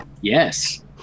Yes